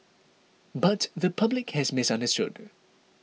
but the public has misunderstood